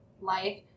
life